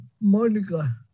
Monica